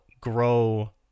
grow